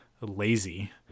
lazy